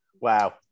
Wow